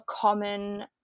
common